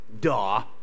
duh